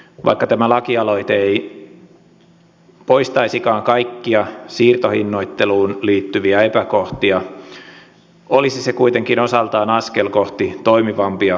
vaikka tämä lakialoite ei poistaisikaan kaikkia siirtohinnoitteluun liittyviä epäkohtia olisi se kuitenkin osaltaan askel kohti toimivampia sähkömarkkinoita